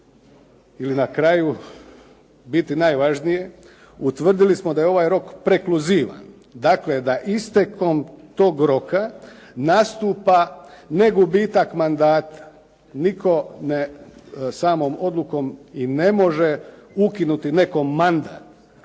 ili na kraju biti najvažnije, utvrdili smo da je ovaj rok prekluzivan, dakle da istekom tog roka nastupa ne gubitak mandata, nitko samom odlukom i ne može ukinuti nekom mandat